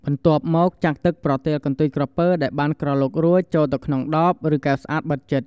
បន្ទាប់់មកចាក់ទឹកប្រទាលកន្ទុយក្រពើដែលបានក្រឡុករួចចូលក្នុងដប ឬកែវស្អាតបិទជិត។